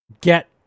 get